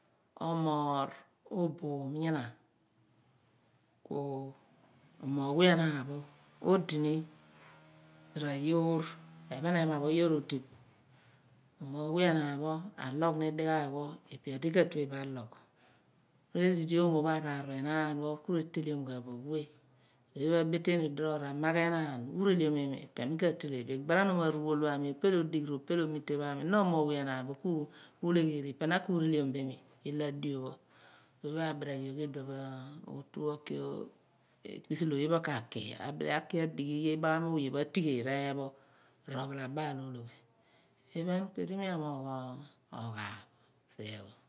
Omọọr oborm nyina ku omoogh we enaan pho adi ni ra yoi ephen ehma pho yoor odi bo, omoogh we enaan ra logh ni dighaagh ipe odi ka tue no alogh loor esi di oomo pho araar pho enaan pho ku reteleom ghan bo we. Oye pho abetenu elihnor ra magh enaan, uureleom iimi ipe mi katele bo, igbaranom aruwol ami, opel odigh aami, r'opel omite pho aami na omoogh we enaan bin ku ulegheri ipe na ko ureleom bo iimi ilo adio pho oye pho aabereghi yogh, otu oki ekpisi di awe pho k'oki aki adighi yogh iibaghi pho oye phe ro ophalabaal ologhi iphen ku edi mi amoogh oghaaph sien pho.